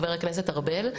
חבר הכנסת ארבל,